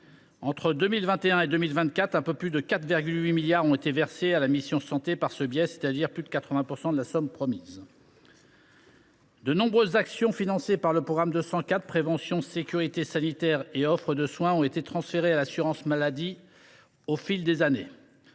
Entre 2021 et 2024, plus de 4,8 milliards ont été versés à la mission « Santé » par ce biais, soit plus de 80 % de la somme promise. De nombreuses actions financées par le programme 204 « Prévention, sécurité sanitaire et offre de soins » ont été transférées à l’assurance maladie au fil des années.